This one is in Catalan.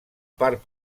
part